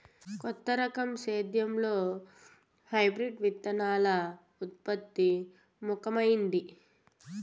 కొత్త రకం సేద్యంలో హైబ్రిడ్ విత్తనాల ఉత్పత్తి ముఖమైంది